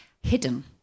hidden